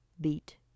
beat